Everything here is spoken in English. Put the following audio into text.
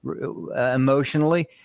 emotionally